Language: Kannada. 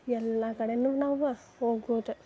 ಎಲ್ಲ ಕಡೆಯೂ ನಾವು ಹೋಬೋದು